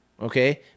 okay